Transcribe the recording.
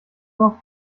noch